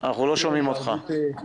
ביחס